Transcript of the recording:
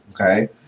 okay